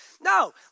No